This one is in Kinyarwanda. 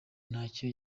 ntacyo